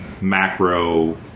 macro